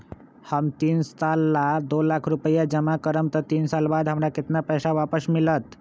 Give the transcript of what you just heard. हम तीन साल ला दो लाख रूपैया जमा करम त तीन साल बाद हमरा केतना पैसा वापस मिलत?